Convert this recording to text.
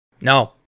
no